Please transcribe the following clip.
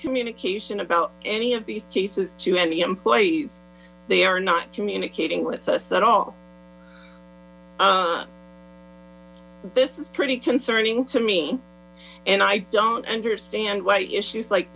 communication about any of these cases to any employees they are not communicating with us at all this is pretty concerning to me and i don't understand why issues like